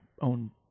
own